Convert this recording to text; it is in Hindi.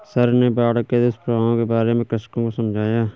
सर ने बाढ़ के दुष्प्रभावों के बारे में कृषकों को समझाया